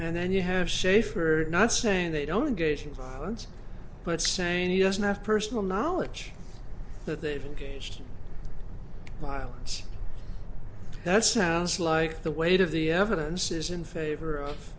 and then you have shafer not saying they don't engage in violence but saying he doesn't have personal knowledge that they've engaged violence that's sounds like the weight of the evidence is in favor of